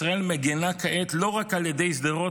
ישראל מגינה כעת לא רק על ילדי שדרות